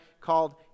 called